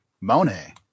Monet